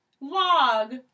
log